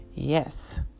Yes